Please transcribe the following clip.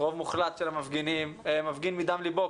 רוב מוחלט של המפגינים מפגין מדם ליבו,